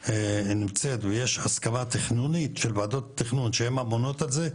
נמצאת ויש הסכמה תכנונית של ועדות תכנון שהן אמונות על זה,